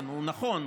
הוא נכון,